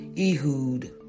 Ehud